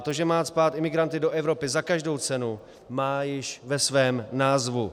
To, že má cpát imigranty do Evropy za každou cenu, má již ve svém názvu.